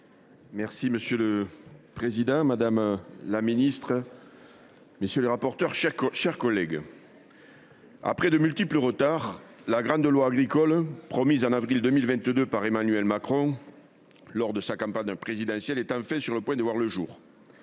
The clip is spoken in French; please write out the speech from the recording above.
Monsieur le président, madame la ministre, mes chers collègues, après de multiples retards, la grande loi agricole promise au mois d’avril 2022 par Emmanuel Macron, lors de sa campagne présidentielle, est enfin sur le point de voir le jour.